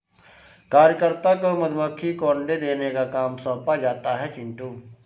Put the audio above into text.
कार्यकर्ता मधुमक्खी को अंडे देने का काम सौंपा जाता है चिंटू